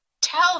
tell